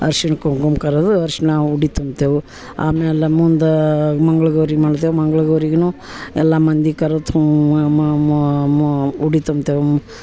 ಅರ್ಶಿಣ ಕುಂಕುಮ ಕರೆದು ಅರಿಶಿನ ಉಡಿ ತುಂಬ್ತೇವೆ ಆಮೇಲೆ ಮುಂದೆ ಮಂಗಳ ಗೌರಿ ಮಾಡ್ತೇವೆ ಮಂಗಳ ಗೌರಿಗೂ ಎಲ್ಲ ಮಂದಿ ಕರೆದು ಮೊ ಮೊ ಮೊ ಉಡಿ ತುಂಬ್ತೇವೆ